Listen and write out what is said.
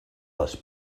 les